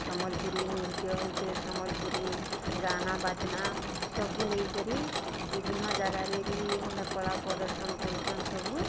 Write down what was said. ସମ୍ବଲପୁରୀ ନୃତ୍ୟ ହଉଛେ ସମ୍ବଲପୁରୀ ଗାନା ବାଜ୍ନା ସବୁ ନେଇକରି ବିଭିନ୍ନ ଜାଗାରେ ଭି ଏନ୍ତା କଳା ପ୍ରଦର୍ଶନ୍ କରୁଛନ୍ ସବୁ